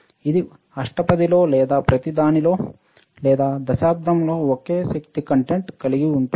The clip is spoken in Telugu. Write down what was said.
ఇది అష్టపదిలో లేదా ప్రతిదానిలో లేదా దశాబ్దం లో ఒకే శక్తి కంటెంట్ కలిగి ఉంటుంది